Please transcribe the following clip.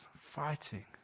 fighting